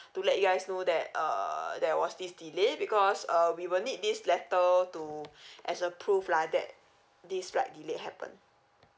to let you guys know that err there was this delay because uh we will need this letter to as a proof lah that this flight delay happened